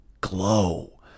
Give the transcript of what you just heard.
glow